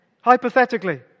Hypothetically